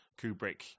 Kubrick